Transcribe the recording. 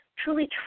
Truly